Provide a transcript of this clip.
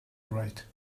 right